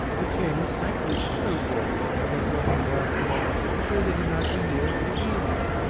he came and thanked me so warmly for having got him work here, so that he might be near regina.